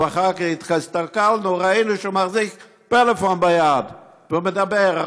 ואחר כך הסתכלנו וראינו שהוא מחזיק פלאפון ביד והוא מדבר.